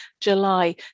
July